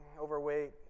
overweight